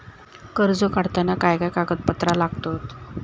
कर्ज काढताना काय काय कागदपत्रा लागतत?